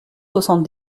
soixante